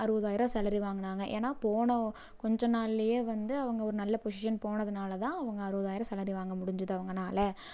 அறுபதாயிரம் சேலரி வாங்கினாங்க ஏன்னால் போன கொஞ்சம் நாள்லையே வந்து அவங்க ஒரு நல்ல பொஷிஷன் போனதினால தான் அவங்க அறுபதாயிரம் சேலரி வாங்க முடிஞ்சுது அவங்கனாலே